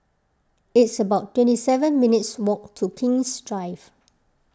it's about twenty seven minutes' walk to King's Drive